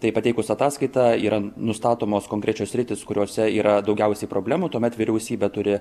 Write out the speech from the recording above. tai pateikus ataskaitą yra nustatomos konkrečios sritys kuriose yra daugiausiai problemų tuomet vyriausybė turi